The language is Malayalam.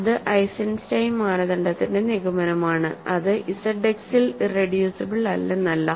അത് ഐസൻസ്റ്റൈൻ മാനദണ്ഡത്തിന്റെ നിഗമനമാണ് അത് ഇസഡ് എക്സിൽ ഇറെഡ്യൂസിബിൾ അല്ലെന്നല്ല